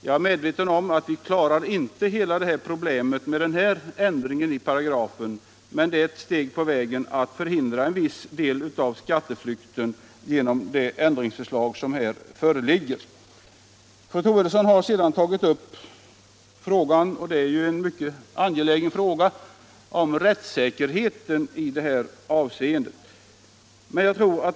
Jag är medveten om att vi inte löser det problemet med den nu föreslagna ändringen i paragrafen, men det ändringsförslag som här föreligger är ett steg på vägen när det gäller att förhindra skatteflykten. Fru Troedsson kom in på frågan om rättsäkerheten, och det är en mycket angelägen fråga.